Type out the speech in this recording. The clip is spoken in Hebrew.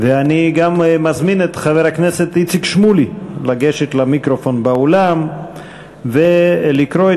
ואני גם מזמין את חבר הכנסת איציק שמולי לגשת למיקרופון באולם ולקרוא את